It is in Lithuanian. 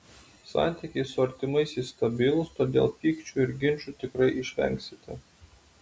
santykiai su artimaisiais stabilūs todėl pykčių ir ginčų tikrai išvengsite